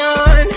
on